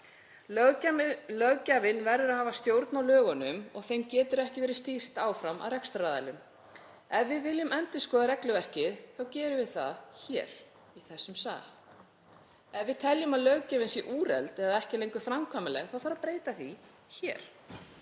Löggjafinn verður að hafa stjórn á lögunum og þeim getur ekki verið stýrt áfram af rekstraraðilum. Ef við viljum endurskoða regluverkið þá gerum við það hér í þessum sal. Ef við teljum að löggjöfin sé úrelt eða ekki lengur framkvæmanleg þá þarf að breyta því hér.